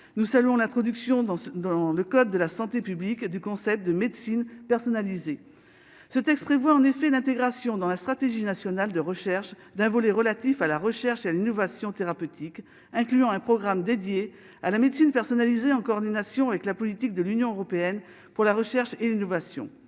nous saluons l'introduction dans ce, dans le code de la santé publique et du concept de médecine personnalisée, ce texte prévoit en effet d'intégration dans la stratégie nationale de recherche d'un volet relatif à la recherche une novation thérapeutiques incluant un programme dédié à la médecine personnalisée en coordination avec la politique de l'Union européenne pour la recherche et l'innovation